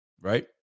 right